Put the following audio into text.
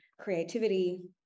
creativity